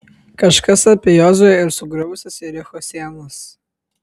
kažkas apie jozuę ir sugriuvusias jericho sienas